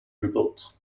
rebuilt